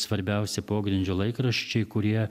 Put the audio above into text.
svarbiausi pogrindžio laikraščiai kurie